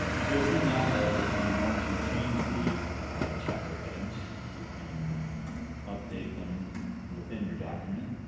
so you'll see now that if you want to change the chapter headings you can update them within your document